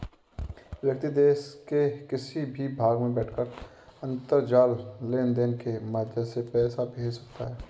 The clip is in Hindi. व्यक्ति देश के किसी भी भाग में बैठकर अंतरजाल लेनदेन के माध्यम से पैसा भेज सकता है